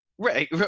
right